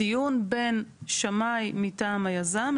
הדיון בין שמאי מטעם היזם,